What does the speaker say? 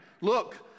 Look